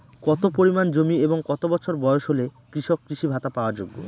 কত পরিমাণ জমি এবং কত বছর বয়স হলে কৃষক কৃষি ভাতা পাওয়ার যোগ্য?